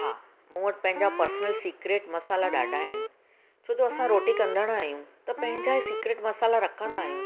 हा मूं वटि पंहिंजा पर्सनल सीक्रेट मसाल्हा ॾाढा आहिनि छो जो असां रोटी कंदड़ि आहियूं त पंहिंजा इहे सीक्रेट मसाल्हा रखंदा आहियूं